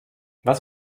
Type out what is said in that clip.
was